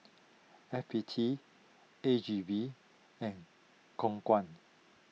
F B T A G V and Khong Guan